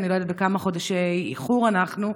אני לא יודעת בכמה חודשי איחור אנחנו,